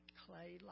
clay